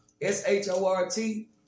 S-H-O-R-T